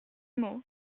nemo